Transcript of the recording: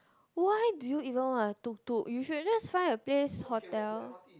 why do you even wanna tuk-tuk you should just find a place hotel